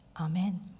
Amen